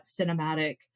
cinematic